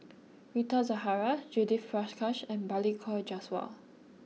Rita Zahara Judith Prakash and Balli Kaur Jaswal